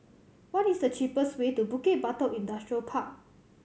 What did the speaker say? what is the cheapest way to Bukit Batok Industrial Park